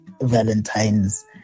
valentine's